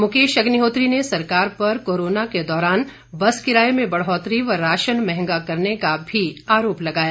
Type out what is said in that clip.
मुकेश अग्निहोत्री ने सरकार पर कोरोना के दौरान बस किराये में बढ़ौतरी व राशन मंहगा करने का भी आरोप लगाया